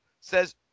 says